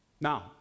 Now